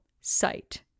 site